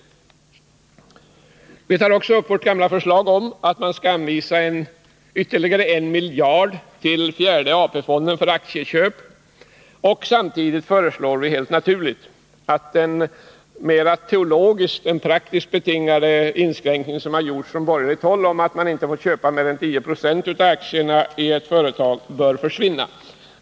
Vi tar också upp vårt gamla förslag om att anvisa ytterligare 1 miljard kronor till den fjärde AP-fonden för aktieköp, och samtidigt föreslår vi helt naturligt att den mera teologiskt än praktiskt betingade inskränkning som gjorts från borgerligt håll om att man inte får köpa mer än 10 96 av aktierna i ett företag bör försvinna.